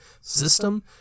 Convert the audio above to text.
system